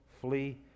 flee